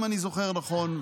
אם אני זוכר נכון,